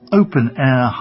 open-air